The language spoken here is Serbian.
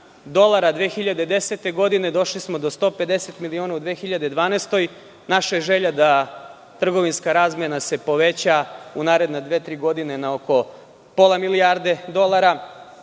dolara 2010. godine došli smo do 150 miliona u 2012. godini. Naša je želja da se trgovinska razmena poveća u naredne dve, tri godine za oko pola milijarde dolara.